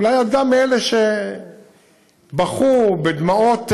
אולי את גם מאלה שבכו בדמעות,